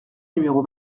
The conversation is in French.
numéro